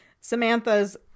Samantha's